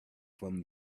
from